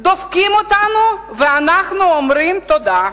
דופקים אותנו ואנחנו אומרים: תודה.